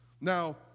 Now